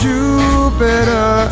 Jupiter